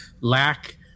lack